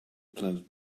planet